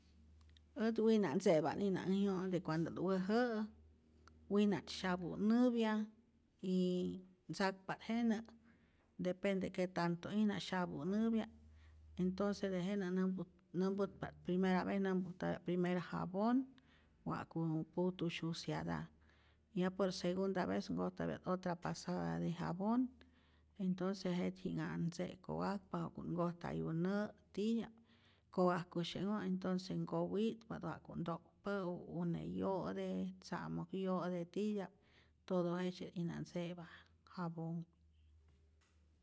Ät wina' ntze'pa't'ijna äj yo'te cuando't wäjä'äk, wina't syapu'näpya y tzakpa't jenä depende que tanto'ijna syapunäpya't intonce tejenä nämput nämputpa't primer vez, nampujtypya't primer jabon wa'ku puntu syuciada', ya por segunda vez nkojtapya't otra pasada de jabon entonce jet'ji'knha'at ntze'kowakpa ja'ku't nkojtayu nä' titya'p, kowajkosye'nhoj entonce nkowit'pa't ja'ku't ntokpä'u une yo'te, tza'moj yo'te titya'p, todo jejtzye't'ijna ntze'pa jabonh.